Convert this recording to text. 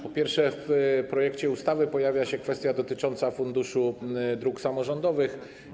Po pierwsze, w projekcie ustawy pojawia się kwestia dotycząca Funduszu Dróg Samorządowych.